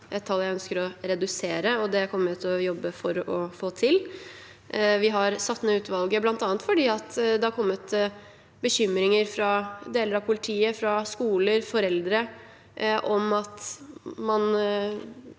et tall jeg ønsker å redusere, og det kommer jeg til å jobbe for å få til. Vi har satt ned utvalget bl.a. fordi det har kommet bekymringer fra deler av politiet, fra skoler og fra foreldre om at man